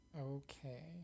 Okay